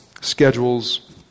schedules